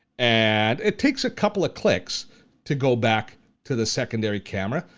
and it takes a couple of clicks to go back to the secondary camera.